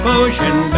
ocean